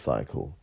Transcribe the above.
Cycle